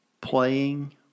playing